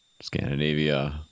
Scandinavia